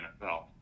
NFL